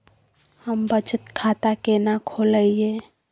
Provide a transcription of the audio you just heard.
हम बचत खाता केना खोलइयै?